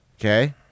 okay